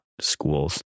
schools